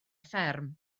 fferm